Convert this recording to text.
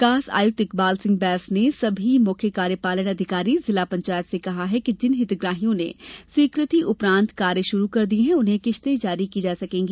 विकास आयुक्त इकबाल सिंह बैस ने सभी मुख्य कार्यपालन अधिकारी जिला पंचायत से कहा कि जिन हितग्राहियों ने स्वीकृति उपरान्त कार्य प्रारंभ कर दिये है उन्हें किश्ते जारी की जा सकेंगी